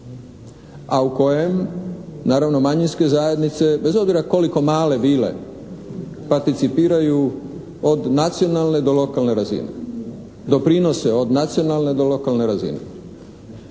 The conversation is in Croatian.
a u kojem naravno manjinske zajednice bez obzira koliko male bile participiraju od nacionalne do lokalne razine. Doprinose od nacionalne do lokalne razine.